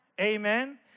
Amen